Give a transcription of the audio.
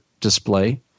display